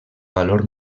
valor